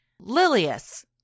Lilius